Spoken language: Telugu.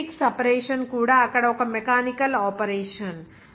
మాగ్నెటిక్ సెపరేషన్ కూడా అక్కడ ఒక మెకానికల్ ఆపరేషన్